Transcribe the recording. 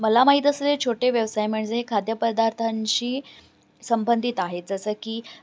मला माहीत असलेले छोटे व्यवसाय म्हणजे खाद्यपदार्थांशी संबंधित आहेत जसं की